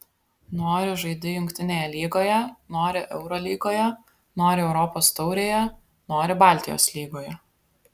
nori žaidi jungtinėje lygoje nori eurolygoje nori europos taurėje nori baltijos lygoje